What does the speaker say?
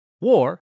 War